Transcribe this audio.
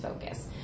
focus